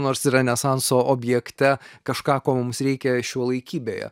nors renesanso objekte kažką ko mums reikia šiuolaikybėje